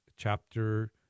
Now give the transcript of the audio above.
Chapter